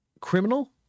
criminal